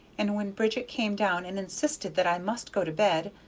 and when bridget came down and insisted that i must go to bed,